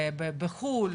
בחו"ל,